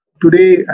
Today